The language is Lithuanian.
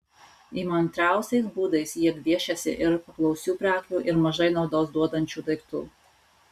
įmantriausiais būdais jie gviešiasi ir paklausių prekių ir mažai naudos duodančių daiktų